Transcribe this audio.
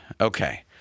Okay